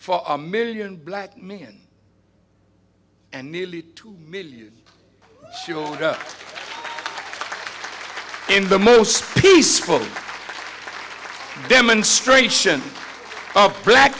for a million black men and nearly two million thanks in the most peaceful demonstration of black